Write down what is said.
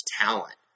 talent